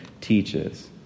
teaches